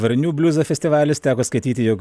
varnių bliuzo festivalis teko skaityti jog